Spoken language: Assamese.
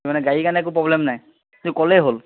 মানে গাড়ী কাৰণে একো প্ৰ'ব্লেম নাই তুমি ক'লে হ'ল